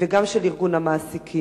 וגם של ארגון המעסיקים.